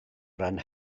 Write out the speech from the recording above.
ran